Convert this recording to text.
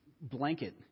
blanket